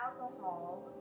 alcohol